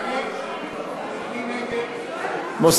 אדוני, אני נגד.